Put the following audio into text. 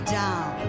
down